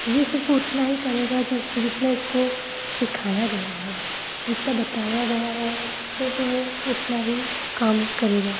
ये सिर्फ उतना ही करेगा जितने इसको सिखाया गया है जितना बताया गया है सिर्फ ये उतना ही काम करेगा